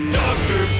doctor